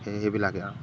সেই সেইবিলাকেই আৰু